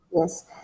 yes